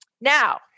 Now